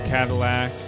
Cadillac